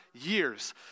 years